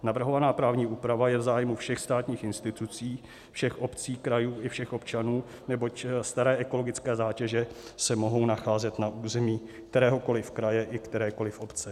Navrhovaná právní úprava je v zájmu všech státních institucí, všech obcí, krajů i všech občanů, neboť staré ekologické zátěže se mohou nacházet na území kteréhokoliv kraje i kterékoliv obce.